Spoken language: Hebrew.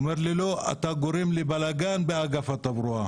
הוא אומר לי, לא, אתה גורם לבלגן באגף התברואה.